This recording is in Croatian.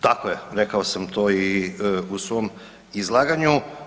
Tako je, rekao sam to i u svom izlaganju.